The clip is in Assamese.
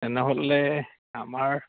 তেনেহ'লে আমাৰ